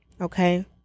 okay